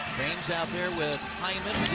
thames out there with hyman,